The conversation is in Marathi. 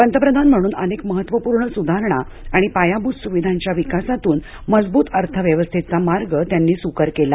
पंतप्रधान म्हणून अनेक महत्वपूर्ण सुधारणा आणि पायाभूत सुविधांच्या विकासातून मजबूत अर्थव्यवस्थेचा मार्ग त्यांनी सुकर केला